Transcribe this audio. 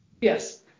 Yes